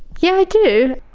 yeah i do,